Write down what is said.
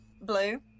Blue